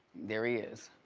there he is.